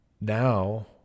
now